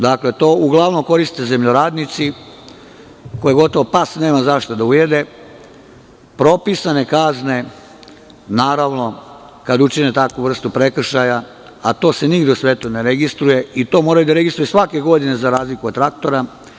Dakle, to uglavnom koriste zemljoradnici, koje gotovo nema za šta da pas ujede, propisane kazne, naravno kad učine takvu vrstu prekršaja, a to se nigde u svetu ne registruje, i to moraju da registruju svake godine, za razliku od traktora.